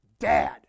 dad